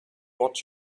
brought